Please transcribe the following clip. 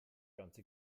ganze